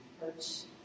hurts